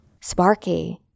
Sparky